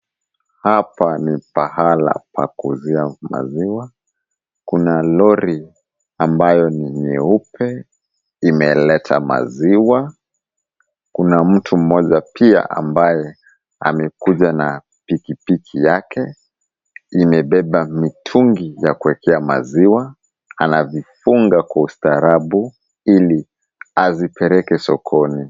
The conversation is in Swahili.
Hapa ni pahala pa kuuzia maziwa. Kuna lori ambayo ni nyeupe imeleta maziwa. Kuna mtu mmoja pia ambaye amekuja na pikipiki yake. Imebeba mitungi ya kuwekea maziwa. Anavifunga kwa ustaarabu ili azipeleke sokoni.